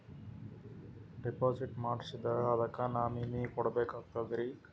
Deposit ಮಾಡ್ಸಿದ್ರ ಅದಕ್ಕ nominee ಕೊಡಬೇಕಾಗ್ತದ್ರಿ?